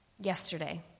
yesterday